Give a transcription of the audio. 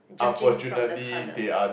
judging from the colours